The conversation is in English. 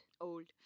Old